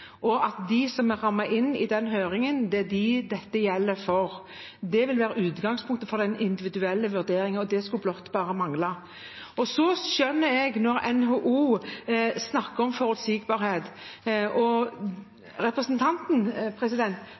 og at de som er innenfor rammene av høringen, er dem dette gjelder for. Det vil være utgangspunktet for den individuelle vurderingen, og det skulle bare mangle. Jeg skjønner det når NHO snakker om forutsigbarhet. Representanten